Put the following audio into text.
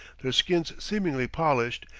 their skins seemingly polished,